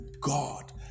God